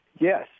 Yes